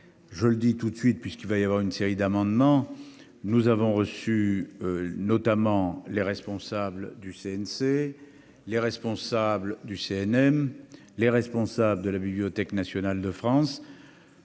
je le dis tout de suite puisqu'il va y avoir une série d'amendements, nous avons reçu notamment les responsables du CNC, les responsables du CNM, les responsables de la Bibliothèque nationale de France.